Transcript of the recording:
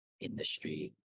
industry